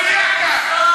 את מוכנה שישתוק?